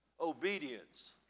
obedience